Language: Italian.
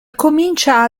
comincia